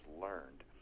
learned